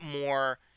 more